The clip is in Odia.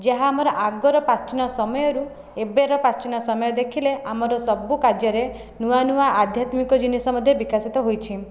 ଯାହା ଆମର ଆଗର ପ୍ରାଚୀନ ସମୟରୁ ଏବେର ପ୍ରାଚୀନ ସମୟ ଦେଖିଲେ ଆମର ସବୁ କାର୍ଯ୍ୟରେ ନୂଆ ନୂଆ ଆଧ୍ୟାତ୍ମିକ ଜିନିଷ ମଧ୍ୟ ବିକାଶିତ ହୋଇଛି